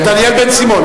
דניאל בן-סימון.